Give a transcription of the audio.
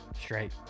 Straight